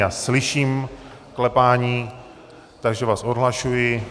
Já slyším klepání, takže vás odhlašuji.